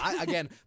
Again